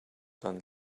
dann